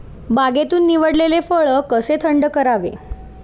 बागेतून निवडलेले फळ कसे थंड करावे?